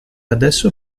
adesso